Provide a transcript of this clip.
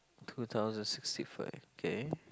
two thousand sixty five okay